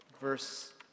verse